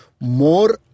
more